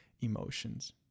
Emotions